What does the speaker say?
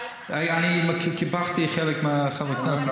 קיפחתי חלק מחברי הכנסת.